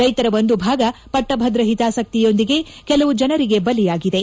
ರೈತರ ಒಂದು ಭಾಗ ಪಟ್ಟಭದ್ರ ಹಿತಾಸಕ್ತಿ ಯೊಂದಿಗೆ ಕೆಲವು ಜನರಿಗೆ ಬಲಿಯಾಗಿದೆ